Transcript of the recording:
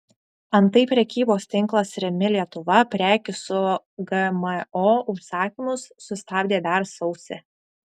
antai prekybos tinklas rimi lietuva prekių su gmo užsakymus sustabdė dar sausį